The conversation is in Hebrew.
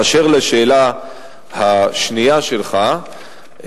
באשר לשאלה השנייה שלך,